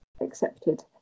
accepted